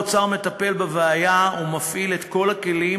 שר האוצר מטפל בבעיה ומפעיל את כל הכלים